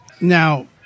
Now